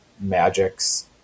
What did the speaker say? Magic's